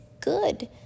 good